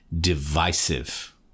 divisive